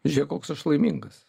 žiūrėk koks aš laimingas